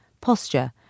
posture